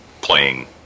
playing